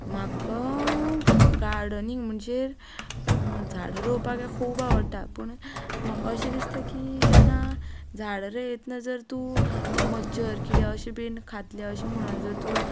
म्हाका गार्डनींग म्हणजे झाडां रोवपाक खूब आवडटा पूण म्हाका अशें दिसता की जेन्ना झाडां रोयतना जर तूं हें मच्छर किडे अशें बी खातले अशें म्हणून जर तूं